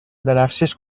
درخشش